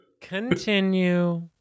Continue